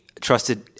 trusted